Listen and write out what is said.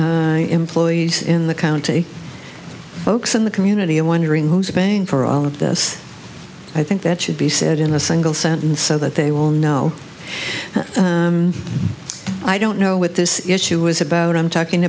by employees in the county folks in the community and wondering who's paying for all of this i think that should be said in a single sentence so that they will know i don't know what this issue was about i'm talking